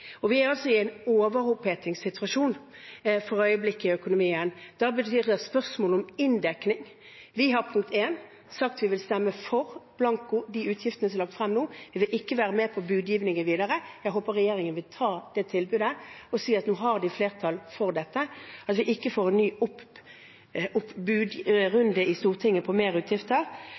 i økonomien. Da blir det et spørsmål om inndekning. Vi har sagt at vi blanko vil stemme for de utgiftene som er lagt frem nå, men vi vil ikke være med på den videre budgivningen. Jeg håper regjeringen vil ta det tilbudet og si at man har flertall for dette, og at vi ikke får en ny budrunde i Stortinget om flere utgifter.